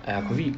I agree